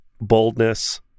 Boldness